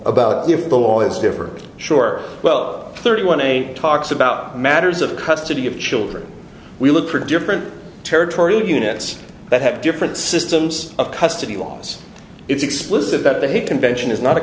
about if the law is different sure well thirty one eight talks about matters of custody of children we look for different territorial units that have different systems of custody laws it's explicit that the hague convention is not a